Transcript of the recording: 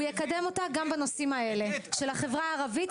הוא יקדם אותה גם בנושאים האלה של החברה הערבית